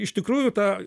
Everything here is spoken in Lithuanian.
iš tikrųjų ta